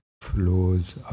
flows